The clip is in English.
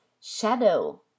Shadow